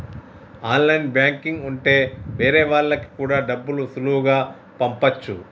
online banking ఉంటె వేరే వాళ్ళకి కూడా డబ్బులు సులువుగా పంపచ్చు